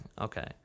okay